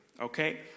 Okay